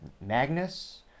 Magnus